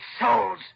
souls